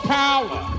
power